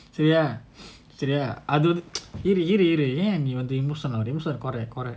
சரியாசரியாஅதுவந்துஇருஇருஏன்நீவந்து:sariya sariya athu vandhu iru iru yen nee vandhu emotional ஆகுற:aakura